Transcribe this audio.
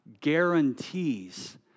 guarantees